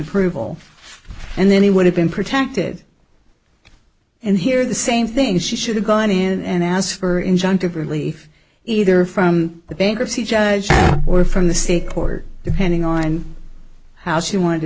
approval and then he would have been protected and here the same thing she should have gone in and asked for injunctive relief either from the bankruptcy judge or from the state court depending on how she wanted to